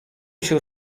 się